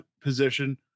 position